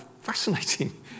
fascinating